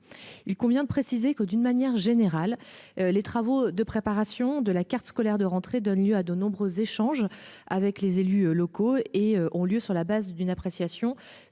Il convient de préciser que d'une manière générale, les travaux de préparation de la carte scolaire de rentrée donne lieu à de nombreux échanges avec les élus locaux et ont lieu sur la base d'une appréciation